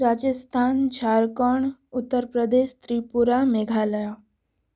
Rajasthan Jharkhand Uttar Pradesh Tripura Meghalaya